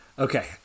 Okay